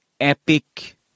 epic